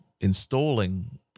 installing